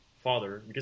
father